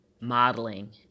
modeling